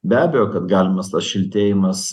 be abejo kad galimas tas šiltėjimas